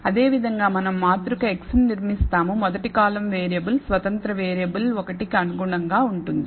అదే విధంగా మనం మాతృక x ను నిర్మిస్తాము మొదటి కాలమ్ వేరియబుల్ స్వతంత్ర వేరియబుల్ 1 కి అనుగుణంగా ఉంటుంది